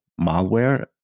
malware